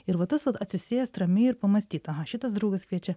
ir va tas vat atsisėst ramiai ir pamąstyt aha šitas draugas kviečia